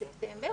בספטמבר,